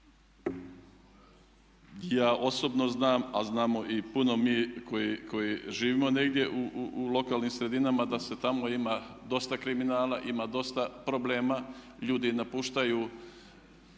Ja osobno znam a znamo i puno mi koji živimo negdje u lokalnim sredinama da se tamo ima dosta kriminala, ima dosta problema, ljudi napuštaju